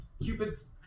Cupid's